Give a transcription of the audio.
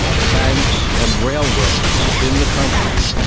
banks and railroads in the country,